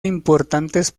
importantes